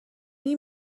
این